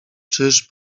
czyż